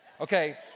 okay